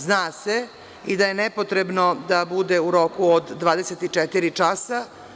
Zna se i da je nepotrebno da bude u roku od 24 časa.